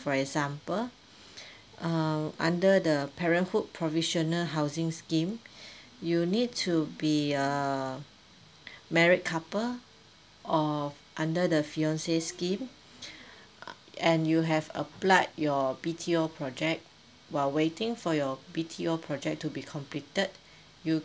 for example err under the parenthood provisional housing scheme you need to be err married couple or under the fiance scheme uh and you have applied your B_T_O project while waiting for your B_T_O project to be completed you